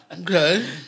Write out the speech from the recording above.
Okay